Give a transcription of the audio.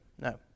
No